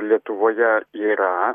lietuvoje yra